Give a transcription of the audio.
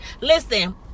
Listen